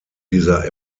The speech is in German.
dieser